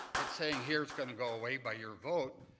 it's saying here it's going to go away by your vote,